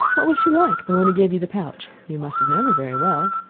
what was she like the one who gave you the pouch? you must have known her very well.